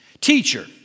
Teacher